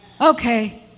okay